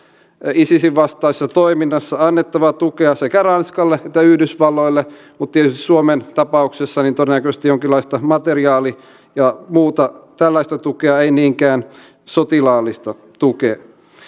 isisin vastaisessa toiminnassa annettava tukea sekä ranskalle että yhdysvalloille mutta tietysti suomen tapauksessa todennäköisesti jonkinlaista materiaali ja muuta tällaista tukea ei niinkään sotilaallista tukea